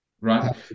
right